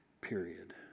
Period